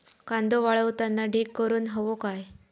कांदो वाळवताना ढीग करून हवो काय?